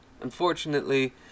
Unfortunately